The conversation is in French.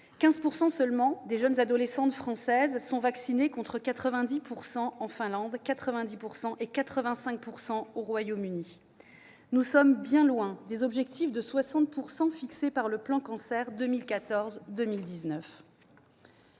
: seulement 15 % des adolescentes françaises sont vaccinées, contre 90 % en Finlande et 85 % au Royaume-Uni. Nous sommes bien loin des objectifs de 60 % fixés par le plan Cancer 2014-2019.